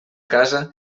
casa